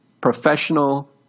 professional